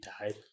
died